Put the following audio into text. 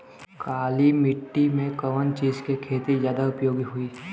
काली माटी में कवन चीज़ के खेती ज्यादा उपयोगी होयी?